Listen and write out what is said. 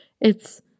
It's